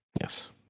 Yes